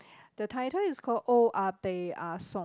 the title is called owa peya som